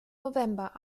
november